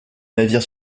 navire